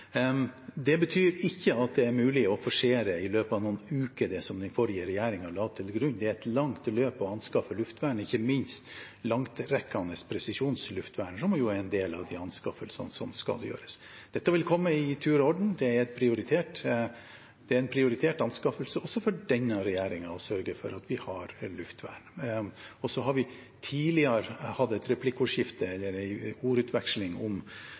Det betyr ikke at det er mulig å forsere det som den forrige regjeringen la til grunn, i løpet av noen uker. Det er et langt løp å anskaffe luftvern, ikke minst langtrekkende presisjonsluftvern, som er en del av de anskaffelsene som skal gjøres. Dette vil komme i tur og orden – det er prioritert. Det er en prioritert anskaffelse også for denne regjeringen å sørge for at vi har luftvern. Tidligere har vi hatt et replikkordskifte, eller en ordutveksling, om